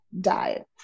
diet